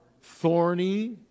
thorny